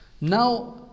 Now